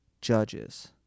judges